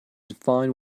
fine